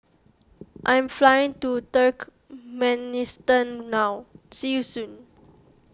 I'm flying to Turkmenistan now see you soon